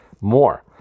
more